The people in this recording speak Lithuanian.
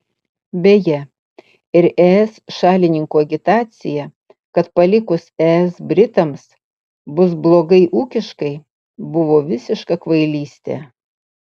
beje ir es šalininkų agitacija kad palikus es britams bus blogai ūkiškai buvo visiška kvailystė